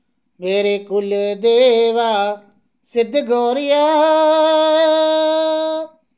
मेरे कुलदेवा सिद्ध गोरिया